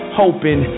hoping